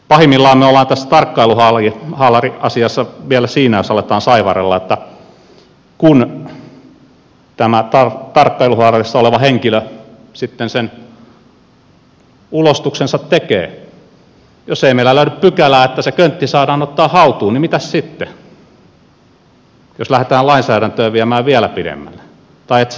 pahimmillaan me olemme tässä tarkkailuhaalariasiassa vielä siinä jos aletaan saivarrella että kun tämä tarkkailuhaalarissa oleva henkilö sitten sen ulostuksensa tekee niin jos ei meillä löydy pykälää että se köntti saadaan ottaa haltuun tai että sitä saa tutkia niin mitäs sitten jos lähdetään lainsäädäntöä viemään vielä pidemmälle